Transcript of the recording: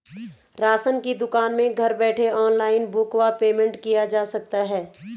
Ration की दुकान में घर बैठे ऑनलाइन बुक व पेमेंट किया जा सकता है?